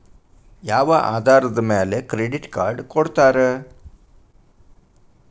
ಯಾವ ಆಧಾರದ ಮ್ಯಾಲೆ ಕ್ರೆಡಿಟ್ ಕಾರ್ಡ್ ಕೊಡ್ತಾರ?